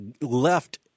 left